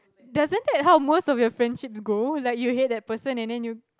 doesn't that how most of your friendships go like you hate that person and then you